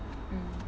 mm